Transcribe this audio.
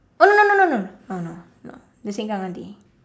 oh no no no no oh no no the sengkang aunty